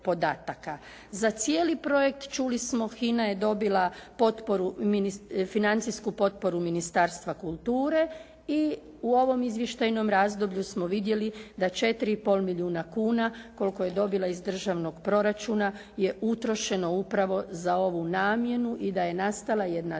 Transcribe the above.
Za cijeli projekt čuli smo HINA je dobila financijsku potporu Ministarstva kulture i u ovom izvještajnom razdoblju smo vidjeli da 4,5 milijuna kuna koliko je dobila iz državnog proračuna je utrošeno upravo za ovu namjenu i da je nastala jedna dobra